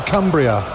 Cumbria